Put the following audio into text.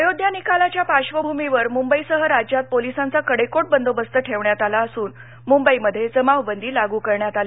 अयोध्या निकालाच्या पार्श्वभूमीवर मुंबईसह राज्यात पोलिसांचा कडेकोट बंदोबस्त ठेवण्यात आला असून मुंबईमध्ये जमावबंदी लागु करण्यात आली